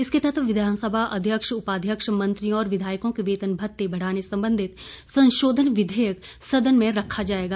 इसके तहत विधानसभा अध्यक्ष उपाध्यक्ष मंत्रियों और विधायकों के वेतन भत्ते बढ़ाने संबंधित संशोधन विधेयक सदन में रखा जाएगा